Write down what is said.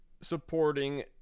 supporting